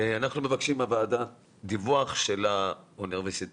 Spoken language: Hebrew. אנחנו, הוועדה, מבקשים דיווח של האוניברסיטאות,